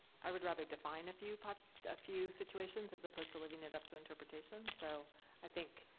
i would rather define a few but few situations as opposed to leaving it up to interpretation. so i think.